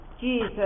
Jesus